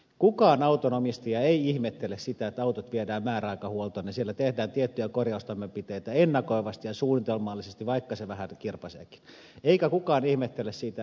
kukaan autonomistaja ei ihmettele sitä että autot viedään määräaikaishuoltoon ja siellä tehdään tiettyjä korjaustoimenpiteitä ennakoivasti ja suunnitelmallisesti vaikka se vähän kirpaiseekin eikä kukaan ihmettele sitä